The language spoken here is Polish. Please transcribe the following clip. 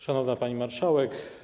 Szanowna Pani Marszałek!